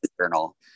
journal